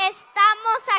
Estamos